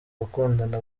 gukundana